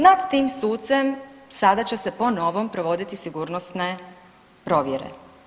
Nad tim sucem sada će se po novom provoditi sigurnosne provjere.